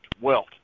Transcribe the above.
wealth